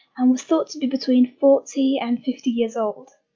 and was thought to be between forty and fifty years old,